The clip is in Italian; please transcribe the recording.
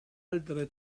altre